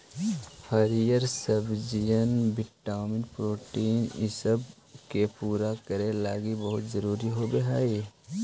हरीअर सब्जियन vitamin protein ईसब के पूरा करे लागी बहुत जरूरी होब हई